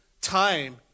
time